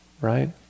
right